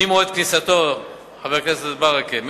ממועד כניסתו לתוקף,